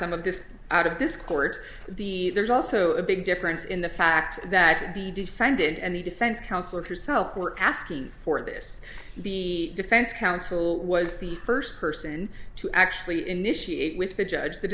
some of this out of this court the there's also a big difference in the fact that the defendant and the defense counsel or herself were asking for this the defense counsel was the first person to actually initiate with the judge the